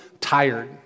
tired